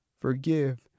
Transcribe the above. forgive